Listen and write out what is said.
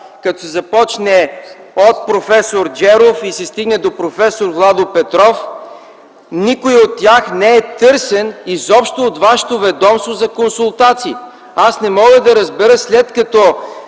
като се започне от проф. Джеров и се стигне до проф. Владо Петров. Никой от тях изобщо не е търсен от вашето ведомство за консултации. Не мога да разбера, след като